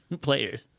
players